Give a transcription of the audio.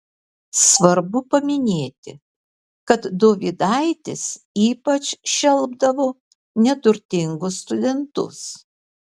svarbu paminėti kad dovydaitis ypač šelpdavo neturtingus studentus